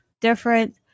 different